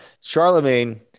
Charlemagne